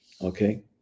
Okay